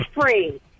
free